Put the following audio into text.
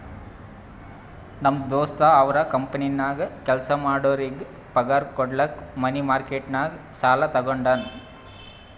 ನಮ್ ದೋಸ್ತ ಅವ್ರ ಕಂಪನಿನಾಗ್ ಕೆಲ್ಸಾ ಮಾಡೋರಿಗ್ ಪಗಾರ್ ಕುಡ್ಲಕ್ ಮನಿ ಮಾರ್ಕೆಟ್ ನಾಗ್ ಸಾಲಾ ತಗೊಂಡಾನ್